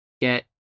get